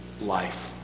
life